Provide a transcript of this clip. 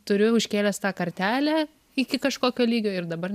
turiu užkėlęs tą kartelę iki kažkokio lygio ir dabar